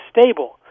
stable